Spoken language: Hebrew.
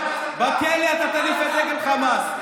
בכלא אתה תניף את דגל חמאס.